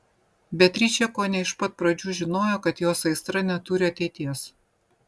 beatričė kone iš pat pradžių žinojo kad jos aistra neturi ateities